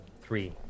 Three